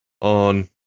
on